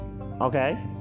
Okay